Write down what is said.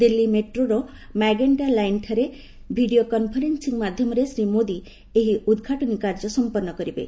ଦିଲ୍ଲୀ ମେଟ୍ରୋର ମାଗେଷ୍କା ଲାଇନ୍ଠାରେ ଭିଡ଼ିଓ କନ୍ଫରେନ୍ସିଂ ମାଧ୍ୟମରେ ଶ୍ରୀ ମୋଦି ଏହି ଉଦ୍ଘାଟନୀ କାର୍ଯ୍ୟ ସମ୍ପନ୍ନ କରିବେ